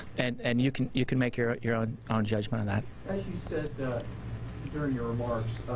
and and you can you can make your your own um judgment on that. you said during your remarks,